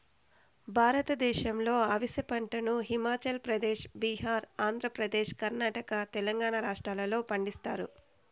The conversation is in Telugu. భారతదేశంలో అవిసె పంటను హిమాచల్ ప్రదేశ్, బీహార్, ఆంధ్రప్రదేశ్, కర్ణాటక, తెలంగాణ రాష్ట్రాలలో పండిస్తారు